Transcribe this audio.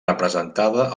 representada